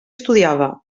estudiava